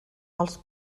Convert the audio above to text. els